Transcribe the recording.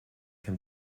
can